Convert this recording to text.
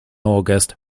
august